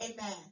amen